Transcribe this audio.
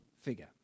figure